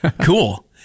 cool